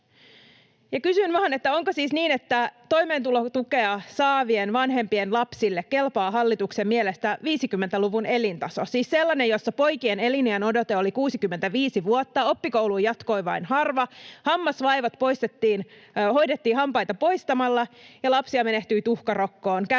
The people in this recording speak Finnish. onko siis niin, että toimeentulotukea saavien vanhempien lapsille kelpaa hallituksen mielestä 50-luvun elintaso, siis sellainen, jossa poikien eliniänodote oli 65 vuotta, oppikouluun jatkoi vain harva, hammasvaivat hoidettiin hampaita poistamalla, lapsia menehtyi tuhkarokkoon